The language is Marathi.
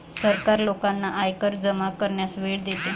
सरकार लोकांना आयकर जमा करण्यास वेळ देते